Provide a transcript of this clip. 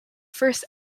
first